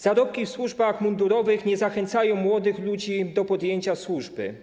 Zarobki w służbach mundurowych nie zachęcają młodych ludzi do podjęcia służby.